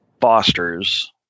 fosters